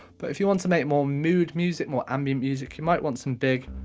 but if you want to make more mood music, more ambient music, you might want some big,